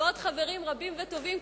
ועוד חברים רבים וטובים,